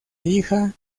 hija